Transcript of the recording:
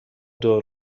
دور